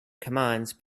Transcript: commands